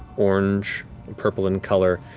orange purple in color,